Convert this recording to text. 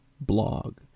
blog